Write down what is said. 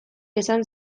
esan